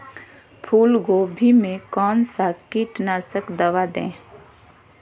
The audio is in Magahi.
फूलगोभी में कौन सा कीटनाशक दवा दे?